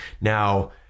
Now